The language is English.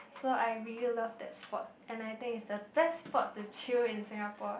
so I really love that spot and I think is the best spot to chew in Singapore